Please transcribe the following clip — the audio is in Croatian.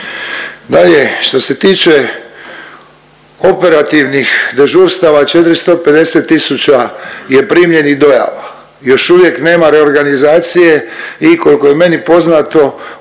Dalje, što se tiče operativnih dežurstava 450 tisuća je primljenih dojava, još uvijek nema reorganizacija i koliko je meni poznato